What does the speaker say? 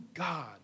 god